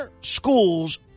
schools